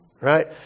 right